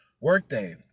Workday